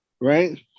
right